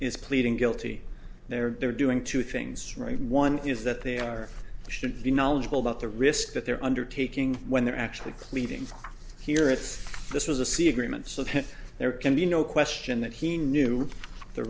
is pleading guilty there they're doing two things one is that they are should be knowledgeable about the risk that they're undertaking when they're actually cleaving here if this was a sea agreement so that there can be no question that he knew the